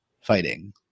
fighting